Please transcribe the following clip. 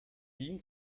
wien